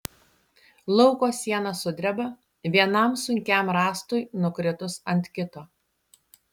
lauko siena sudreba vienam sunkiam rąstui nukritus ant kito